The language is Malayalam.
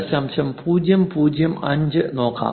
005 നോക്കാം